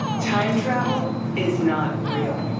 time travel? is not real.